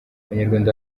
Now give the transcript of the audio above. abanyarwanda